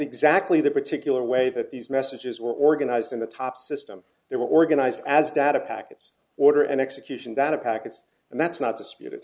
exactly the particular way that these messages were organized in the top system they were organized as data packets order and execution that a packets and that's not disputed